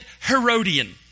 Herodian